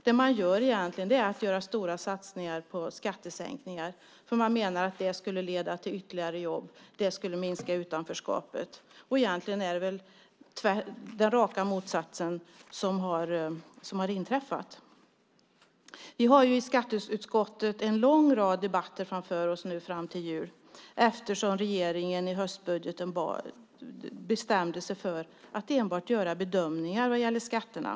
Det man gör är att göra stora satsningar på skattesänkningar. Man menar att det ska leda till ytterligare jobb och minska utanförskapet. Men det är raka motsatsen mot vad som har inträffat. I skatteutskottet har vi en lång rad debatter framför oss fram till jul eftersom regeringen i höstbudgeten bestämde sig för att enbart göra bedömningar vad gäller skatterna.